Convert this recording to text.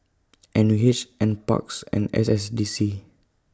N U H N Parks and S S D C